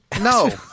No